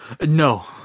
No